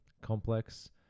complex